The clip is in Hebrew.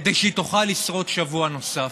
כדי שהיא תוכל לשרוד שבוע נוסף.